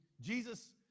Jesus